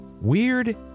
Weird